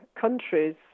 countries